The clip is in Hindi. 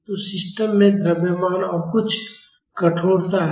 तो सिस्टम में द्रव्यमान और कुछ कठोरता है